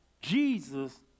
Jesus